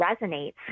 resonates